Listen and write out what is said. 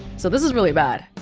so this is really bad